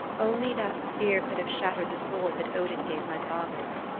only that spear could have shattered the sword that odin gave my fathers.